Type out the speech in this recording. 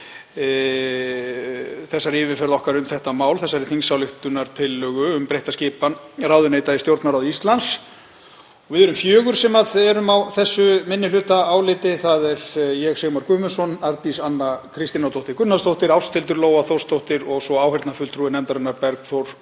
þessari yfirferð okkar um þetta mál, þingsályktunartillögu um breytta skipan ráðuneyta í Stjórnarráði Íslands. Við erum fjögur á þessu minnihlutaáliti, þ.e. ég, Sigmar Guðmundsson, Arndís Anna Kristínardóttir Gunnarsdóttir, Ásthildur Lóa Þórsdóttir og svo áheyrnarfulltrúi nefndarinnar, Bergþór